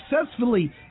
successfully